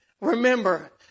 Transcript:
Remember